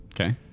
Okay